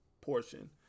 portion